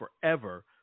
forever